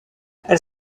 elle